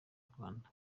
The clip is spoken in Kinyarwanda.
rwanda